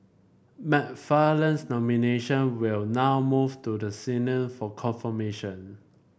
McFarland's nomination will now move to the Senate for confirmation